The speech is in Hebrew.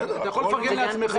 אתה יכול לפרגן לעצמך.